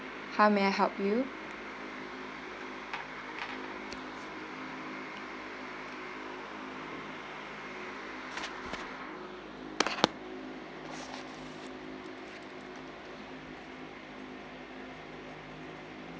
how may I help you